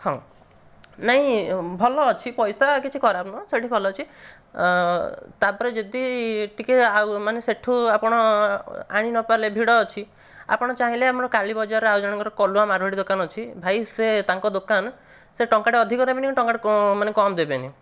ହଁ ନାଇଁ ଭଲ ଅଛି ପଇସା କିଛି ଖରାପ ନୁହଁ ସେଇଠି ଭଲ ଅଛି ତାପରେ ଯଦି ଟିକେ ଆଉ ମାନେ ସେଇଠୁ ଆପଣ ଆଣି ନପାରିଲେ ଭିଡ଼ ଅଛି ଆପଣ ଚାହିଁଲେ ଆମର କାଳୀ ବଜାର ଆଉ ଜଣଙ୍କର କଲୁଆ ମାରୱାଡ଼ି ଦୋକାନ ଅଛି ଭାଇ ସେ ତାଙ୍କ ଦୋକାନ ସେ ଟଙ୍କାଟେ ଅଧିକ ନେବେନି ଟଙ୍କାଟେ ମାନେ କମ୍ ଦେବେନି